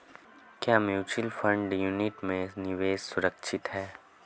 क्या mutual fund unit में निवेश सुरक्षित है?